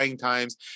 times